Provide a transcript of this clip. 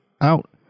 out